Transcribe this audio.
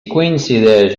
coincideix